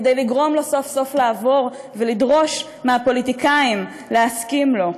כדי לגרום לו סוף-סוף לעבור ולדרוש מהפוליטיקאים להסכים לו.